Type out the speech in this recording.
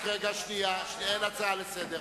רק רגע, אין הצעה לסדר.